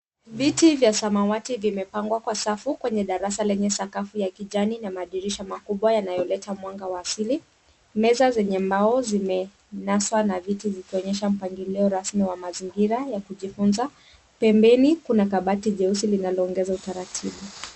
Viti vya samawati vimepangwa kwa safu kwenye darasa lenye sakafu ya kijani na madirisha makubwa yanayoleta mwanga wa asili. Meza zenye mbao zimenaswa na viti vikionyesha mpangilio rasmi ya mazingira ya kujifunza, pembeni kuna kabati jeusi linaloongeza utaratibu.